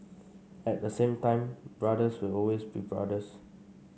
at the same time brothers will always be brothers